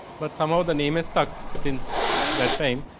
but, some of the name as stuck since that time.